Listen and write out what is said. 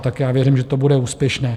Tak já věřím, že to bude úspěšné.